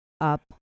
up